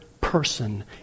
person